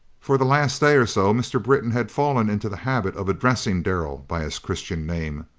for the last day or so mr. britton had fallen into the habit of addressing darrell by his christian name,